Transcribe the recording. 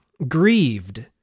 grieved